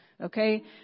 Okay